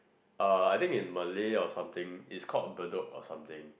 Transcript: uh I think in Malay or something it's called Bedok or something